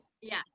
yes